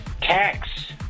tax